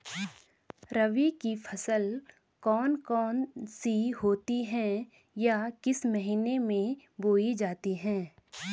रबी की फसल कौन कौन सी होती हैं या किस महीने में बोई जाती हैं?